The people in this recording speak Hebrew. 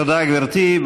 תודה, גברתי.